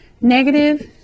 negative